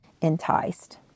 enticed